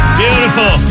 beautiful